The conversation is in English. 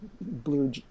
blue